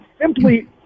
simply